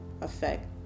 effect